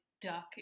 duck